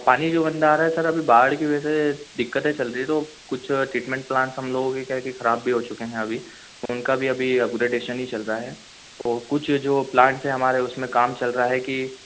पानी जो बंद आ रहा है सर अभी बाढ़ की वजह से दिक्कते चल रही हैं तो कुछ ट्रीट्मन्ट प्लांट हम लोगों के क्या है कि खराब भी हो चुके हैं अभी उनका भी अभी अपग्रडेशन ही चल रहा है वो कुछ जो प्लांटस हैं हमारे उसमें काम चल रहा है कि